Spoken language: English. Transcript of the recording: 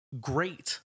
great